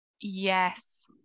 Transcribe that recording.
Yes